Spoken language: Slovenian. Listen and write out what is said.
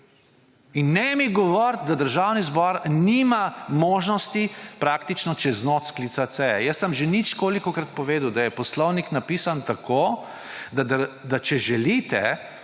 In ne govoriti, da Državni zbor nima možnosti praktično čez noč sklicati seje. Jaz sem že nič kolikokrat povedal, da je poslovnik napisan tako, da če želite,